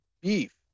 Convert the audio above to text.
beef